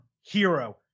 Hero